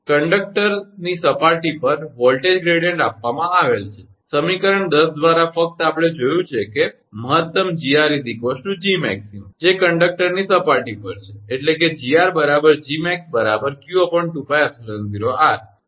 conductor સપાટી પર voltage gradient આપવામાં આવેલ છે સમીકરણ 10 દ્વારા ફક્ત આપણે જોયું છે કે તે મહત્તમ 𝐺𝑟 𝐺𝑚𝑎𝑥 છે જે કંડક્ટરની સપાટી પર છે એટલે કે 𝐺𝑟 𝐺𝑚𝑎𝑥 𝑞2𝜋𝜖𝑜𝑟